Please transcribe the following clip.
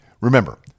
Remember